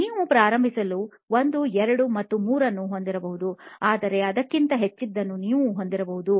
ನೀವು ಪ್ರಾರಂಭಿಸಲು 1 2 ಮತ್ತು 3 ಅನ್ನು ಹೊಂದಬಹುದು ಆದರೆ ಅದಕ್ಕಿಂತ ಹೆಚ್ಚಿನದನ್ನು ನೀವು ಹೊಂದಬಹುದು